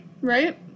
Right